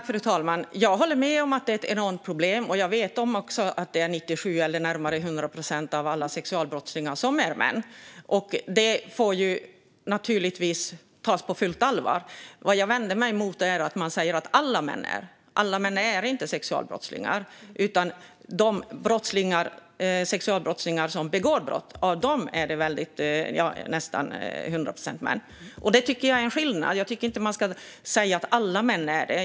Fru talman! Jag håller med om att det är ett enormt problem. Jag vet också om att det är 97 procent eller närmare 100 procent av alla sexualbrottslingar som är män. Det får naturligtvis tas på fullt allvar. Vad jag vänder mig mot är att man säger att alla män är det. Alla män är inte sexualbrottslingar. De sexualbrottslingar som begår brott är nästan till 100 procent män. Det tycker jag är en skillnad. Man ska inte säga att alla män är det.